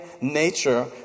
nature